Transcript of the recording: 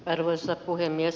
arvoisa puhemies